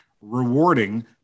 rewarding